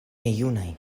junaj